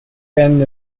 friend